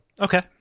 okay